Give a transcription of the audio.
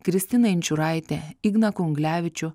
kristiną inčiūraitę igną kunglevičių